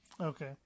Okay